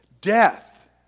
death